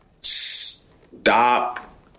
stop